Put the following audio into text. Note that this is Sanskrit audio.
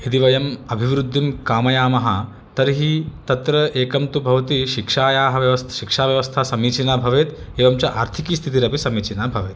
यदि वयम् अभिवृद्धिं कामयामः तर्हि तत्र एकं तु भवति शिक्षायाः व्यवस् शिक्षाव्यवस्था समीचिना भवेत् एवं च आर्थिकीस्थितिरपि समीचिना भवेत्